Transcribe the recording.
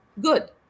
good